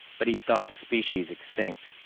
but he'd thought the species extinct.